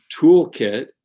toolkit